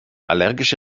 allergische